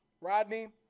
Rodney